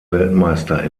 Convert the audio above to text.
weltmeister